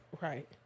Right